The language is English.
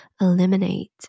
eliminate